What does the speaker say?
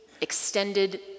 extended